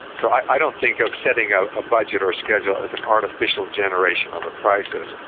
so i don't think of setting ah a budget or a schedule as an artificial generation of a crisis.